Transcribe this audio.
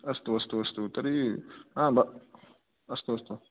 अस्तु अस्तु अस्तु तर्हि आम् अस्तु अस्तु